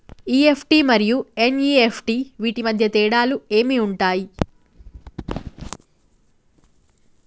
EFT మరియు NEFT వీటి మధ్య తేడాలు ఏమి ఉంటాయి?